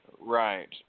Right